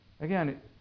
Again